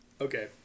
Okay